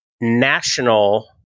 National